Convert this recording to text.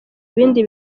bindi